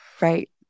Right